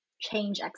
change